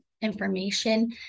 information